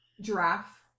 giraffe